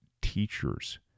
teacher's